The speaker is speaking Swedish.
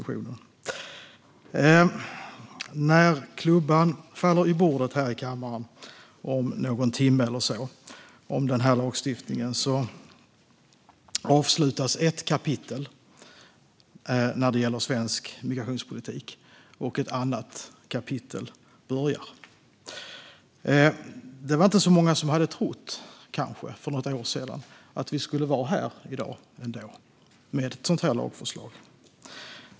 När klubban faller i bordet här i kammaren om någon timme vid voteringen om den här lagstiftningen avslutas ett kapitel när det gäller svensk migrationspolitik, och ett annat kapitel börjar. Det var kanske inte så många som trodde för något år sedan att vi skulle vara här i dag med ett sådant här lagförslag.